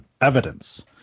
evidence